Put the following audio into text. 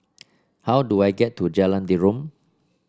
how do I get to Jalan Derum